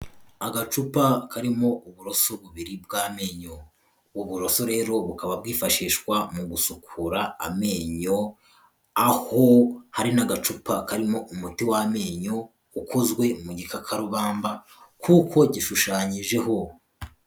Agacupa karimo uburoso bubiri bw'amenyo. Uburoso rero bukaba bwifashishwa mu gusukura amenyo, aho hari n'agacupa karimo umuti w'amenyo ukozwe mu gikakarubamba kuko gishushanyijeho.